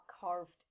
carved